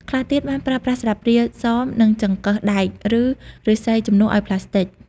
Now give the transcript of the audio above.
ខ្លះទៀតបានប្រើប្រាស់ស្លាបព្រា សម និង ចង្កឹះដែក ឬ ឫស្សីជំនួសឱ្យប្លាស្ទិក។